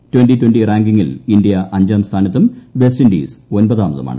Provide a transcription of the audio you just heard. twenty twenty റാങ്കിങ്ങിൽ ് India അഞ്ചാംസ്ഥാനത്തും വെസ്റ്റിന്റീസ് ഒൻപതാമതുമാണ്